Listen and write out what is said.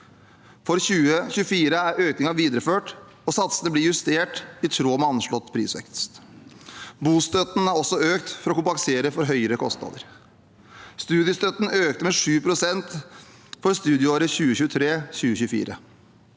For 2024 er økningen videreført, og satsene blir justert i tråd med anslått prisvekst. Bostøtten er også økt for å kompensere for høyere kostnader. Studiestøtten økte med 7 pst. for studieåret 2023–2024.